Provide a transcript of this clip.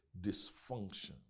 dysfunction